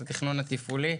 את התכנון התפעולי.